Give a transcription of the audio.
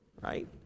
right